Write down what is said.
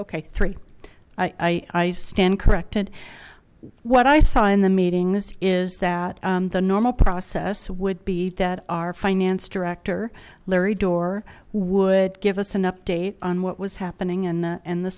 okay three i stand corrected what i saw in the meetings is that the normal process would be that our finance director larry door would give us an update on what was happening in that and the